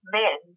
men